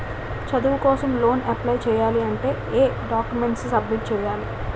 చదువు కోసం loan apply చేయాలి అంటే ఎం డాక్యుమెంట్స్ సబ్మిట్ చేయాలి?